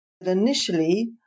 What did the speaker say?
Initially